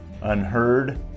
unheard